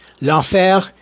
L'Enfer